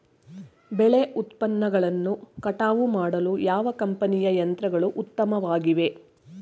ಬೆಳೆ ಉತ್ಪನ್ನಗಳನ್ನು ಕಟಾವು ಮಾಡಲು ಯಾವ ಕಂಪನಿಯ ಯಂತ್ರಗಳು ಉತ್ತಮವಾಗಿವೆ?